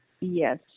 Yes